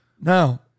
Now